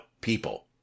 people